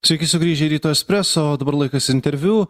sveiki sugrįžę į ryto espreso dabar laikas interviu